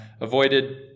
Avoided